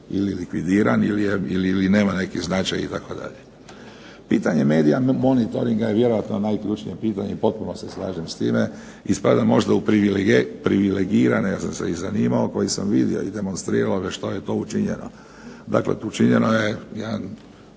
ili likvidiran ili nema neki značaj itd. Pitanje medija, monitoringa je vjerojatno najključnije pitanje i potpuno se slažem s time. I spada možda u privilegirane, ja sam se zanimao, koje sam vidio i demonstrirao ... što je tu učinjeno. Dakle, učinjeno je jedan